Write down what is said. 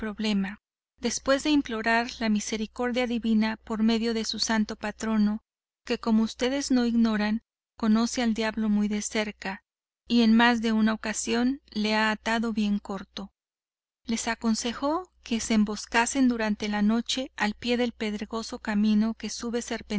después de implorar la misericordia divina por medio de su santo patrono que como ustedes no ignoraran conoce al diablo muy de cerca y en más de una ocasión le ha atado bien corto les aconsejó que se emboscasen durante la noche al pie del pedregoso camino que sube